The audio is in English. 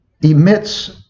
emits